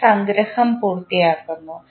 എന്ന സംഗ്രഹം പൂർത്തിയാക്കുന്നു